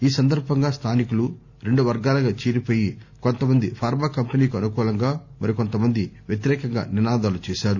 ఈ సందర్బంగా స్థానికులు రెండు వర్గాలుగా చీలిపోయి కొంతమంది ఫార్మాకంపెనీకి అనుకూలంగా మరికొంతమంది వ్యతిరేకంగా నినాదాలు చేశారు